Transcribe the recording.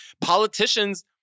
politicians